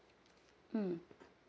mm